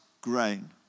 grain